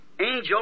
angel